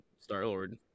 Star-Lord